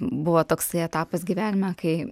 buvo toksai etapas gyvenime kai